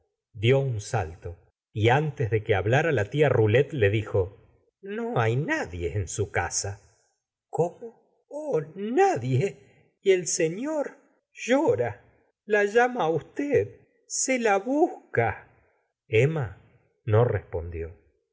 dió un salto y antes de que hablara la tia rolet le dijo no hay nadie en su casa cómo oh nadie y el señor llora la llama á usted se la busca emma no respondió